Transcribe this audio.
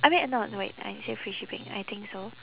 I mean uh no wait uh is it free shipping I think so